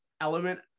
element